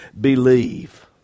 believe